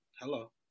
hello